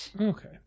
Okay